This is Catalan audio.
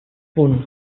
punt